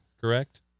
correct